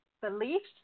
beliefs